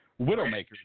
Widowmakers